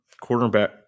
quarterback